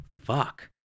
Fuck